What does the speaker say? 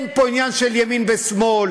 אין פה עניין של ימין ושמאל,